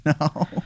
No